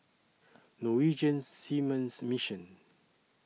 Norwegian Seamen's Mission